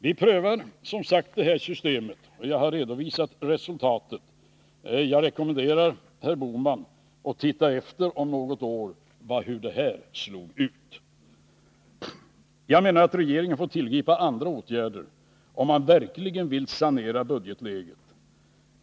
Vi prövade som sagt det systemet, och jag har redovisat resultatet. Jag rekommenderar herr Bohman att titta efter om något år hur det här slog ut. Jag menar att regeringen får tillgripa andra åtgärder om man verkligen vill sanera budgetläget.